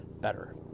better